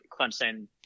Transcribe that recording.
Clemson